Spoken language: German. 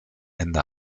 ende